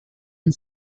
and